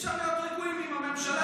אי-אפשר להיות רגועים עם הממשלה.